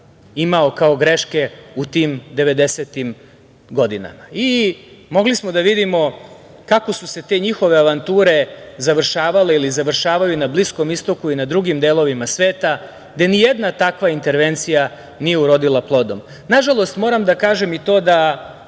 imao kao greške u tim 90-im godinama. Mogli smo da vidimo kako su se te njihove avanture završavale na Bliskom istoku i na drugim delovima sveta, gde nijedna takva intervencija nije urodila plodom. Nažalost, moram da kažem i to da